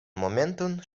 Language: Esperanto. momenton